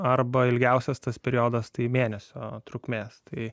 arba ilgiausias tas periodas tai mėnesio trukmės tai